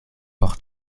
por